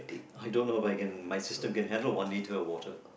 I don't know If I can my systems can handle one liter of water